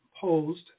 posed